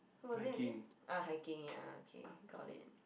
what was it again ah hiking ya okay got it